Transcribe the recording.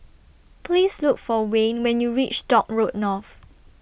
Please Look For Wayne when YOU REACH Dock Road North